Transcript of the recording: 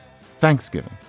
Thanksgiving